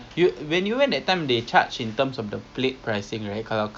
macam mana I tak tahu kejap I tanya adik I adam